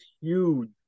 huge